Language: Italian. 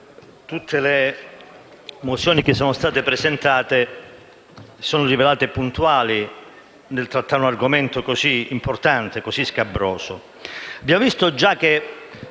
tutte le mozioni che sono state presentate si sono rivelate puntuali nel trattare un argomento così importante e così scabroso.